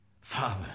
Father